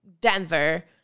Denver